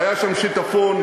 היה שם שיטפון,